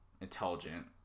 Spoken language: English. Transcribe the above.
intelligent